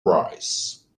rice